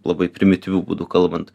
labai primityviu būdu kalbant